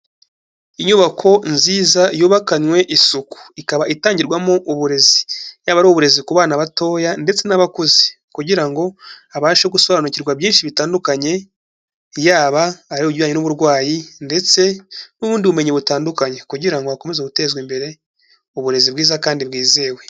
Inyubako nziza yubakanywe isuku, ikaba itangirwamo uburezi, yaba ari uburezi ku bana batoya ndetse n'abakuze, kugira ngo babashe gusobanukirwa byinshi bitandukanye, yaba ari ibijyanye n'uburwayi ndetse n'ubundi bumenyi butandukanye, kugira ngo hakomeze gutezwa imbere uburezi bwiza kandi bwizewe.